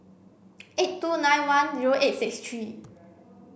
eight two nine one zero eight six three